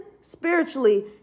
spiritually